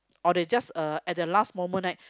or they just uh at the last moment right